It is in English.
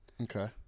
Okay